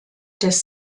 des